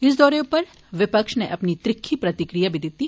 इस दौरे उप्पर विपक्ष नै अपनी त्रिक्खी प्रतिक्रिया बी दित्ती